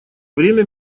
время